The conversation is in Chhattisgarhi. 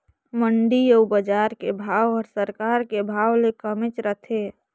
मंडी अउ बजार के भाव हर सरकार के भाव ले कमेच रथे